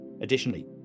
Additionally